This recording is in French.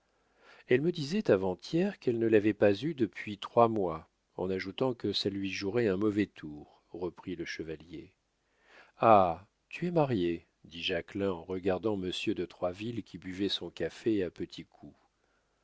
elle me disait avant-hier qu'elle ne l'avait pas eue depuis trois mois en ajoutant que ça lui jouerait un mauvais tour reprit le chevalier ah tu es marié dit jacquelin en regardant monsieur de troisville qui buvait son café à petits coups